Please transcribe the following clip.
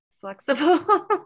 flexible